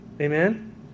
Amen